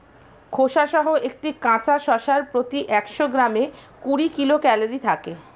খোসাসহ একটি কাঁচা শসার প্রতি একশো গ্রামে কুড়ি কিলো ক্যালরি থাকে